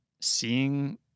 seeing